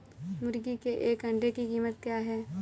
मुर्गी के एक अंडे की कीमत क्या है?